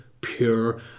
pure